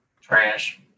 Trash